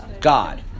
God